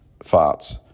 farts